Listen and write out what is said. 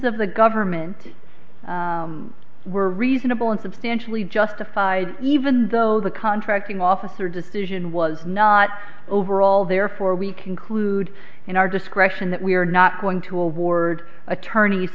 of the government were reasonable and substantially justified even though the contracting officer decision was not overall therefore we conclude in our discretion that we are not going to award attorney